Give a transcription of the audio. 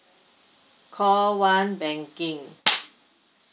call one banking